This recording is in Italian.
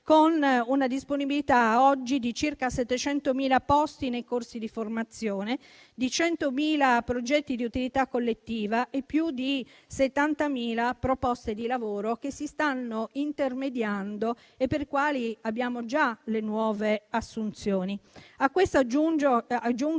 con una disponibilità a oggi di circa 700.000 posti nei corsi di formazione, di 100.000 progetti di utilità collettiva e di più di 70.000 proposte di lavoro, che si stanno intermediando e per le quali abbiamo già le nuove assunzioni. A questo aggiungo